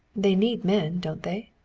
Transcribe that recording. they need men, don't they?